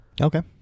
Okay